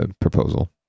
proposal